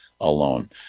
alone